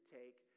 take